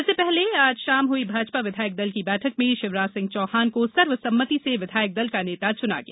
इसके पहले आज शाम हई भाजपा विधायक दल की बैठक में शिवराज सिंह चौहान को सर्वसम्मति से विधायक दल का नेता चना गया